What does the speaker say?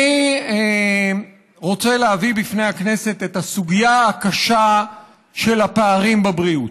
אני רוצה להביא בפני הכנסת את הסוגיה הקשה של הפערים בבריאות.